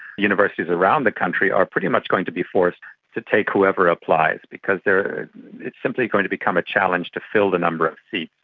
universities around the country are pretty much going to be forced to take whoever applies because it's simply going to become a challenge to fill the number of seats.